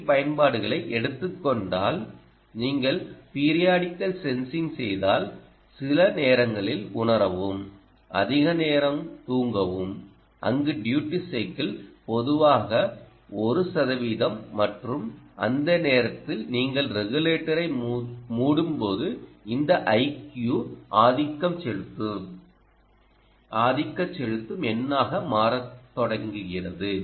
D பயன்பாடுகளை எடுத்துக் கொண்டால் நீங்கள் பீரியாடிக்கல் சென்சிங் செய்தால் சில நேரங்களில் உணரவும் அதிக நேரம் தூங்கவும் அங்கு டியூடி சைக்கிள் பொதுவாக 1 சதவீதம் மற்றும் அந்த நேரத்தில் நீங்கள் ரெகுலேட்டரை மூடும்போது இந்த iQ ஆதிக்கம் செலுத்தும் ஆதிக்கம் செலுத்தும் எண்ணாக மாறத் தொடங்குகிறது